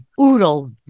oodle